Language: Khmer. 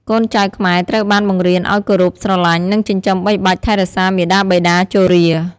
កូនចៅខ្មែរត្រូវបានបង្រៀនឱ្យគោរព ស្រឡាញ់ និងចិញ្ចឹមបីបាច់ថែរក្សាមាតាបិតាជរា។